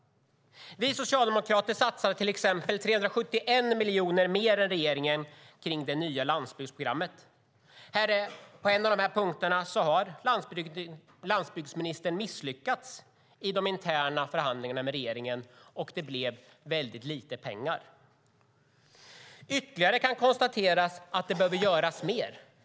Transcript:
Vi socialdemokrater satsar till exempel 371 miljoner mer än regeringen kring det nya landsbygdsprogrammet. På en av dessa punkter har landsbygdsministern misslyckats i de interna förhandlingarna med regeringen, och det blev väldigt lite pengar. Ytterligare kan konstateras att det behöver göras mer.